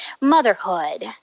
motherhood